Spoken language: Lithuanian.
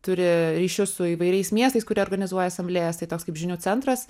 turi ryšius su įvairiais miestais kurie organizuoja asamblėjas tai toks kaip žinių centras